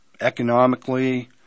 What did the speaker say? economically